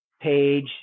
page